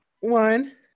One